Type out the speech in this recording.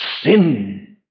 sin